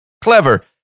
clever